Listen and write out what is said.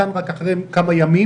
כאן רק אחרי כמה ימים,